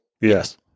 Yes